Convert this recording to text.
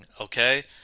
okay